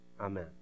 Amen